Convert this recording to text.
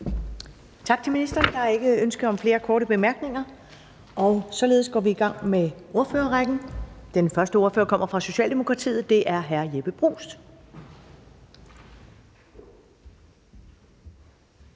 Tak til ministeren. Der er ikke ønske om flere korte bemærkninger, og således går vi i gang med ordførerrækken. Den første ordfører kommer fra Socialdemokratiet, og det er hr. Jeppe Bruus.